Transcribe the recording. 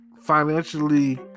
financially